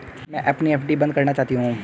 मैं अपनी एफ.डी बंद करना चाहती हूँ